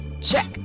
Check